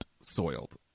Soiled